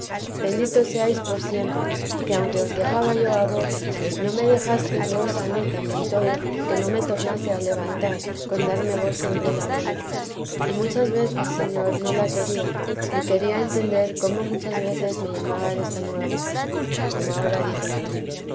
bendito seáis por siempre que aunque os dejaba yo a vos no me dejastes vos a mí tan del todo que no me tornase a levantar con darme vos siempre la mano y muchas veces señor no la quería ni quería entender cómo muchas veces me llamábades de nuevo como ahora diré